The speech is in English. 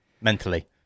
mentally